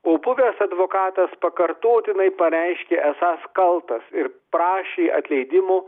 o buvęs advokatas pakartotinai pareiškė esąs kaltas ir prašė atleidimo